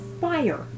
fire